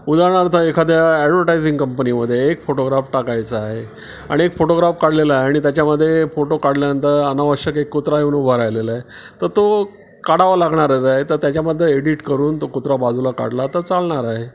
उदाहरणार्थ एखाद्या ॲडवर्टायझिंग कंपनीमध्ये एक फोटोग्राफ टाकायचा आहे आणि एक फोटोग्राफ काढलेला आहे आणि त्याच्यामध्ये फोटो काढल्यानंतर अनावश्यक एक कुत्रा येऊन उभा राहिलेला आहे तर तो काढावा लागणारच आहे तर त्याच्यामध्ये एडिट करून तो कुत्रा बाजूला काढला तर चालणार आहे